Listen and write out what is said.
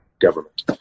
government